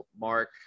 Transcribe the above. mark